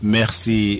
Merci